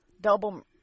double